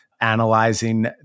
analyzing